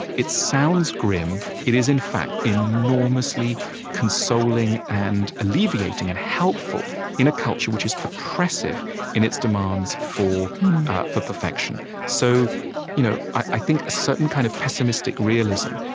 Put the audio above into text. it sounds grim. it is, in fact, enormously consoling, and alleviating, and helpful in a culture which is oppressive in its demands for for perfection. so you know i think a certain kind of pessimistic realism,